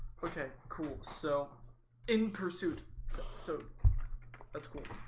okay cool so in pursuit so that's cool.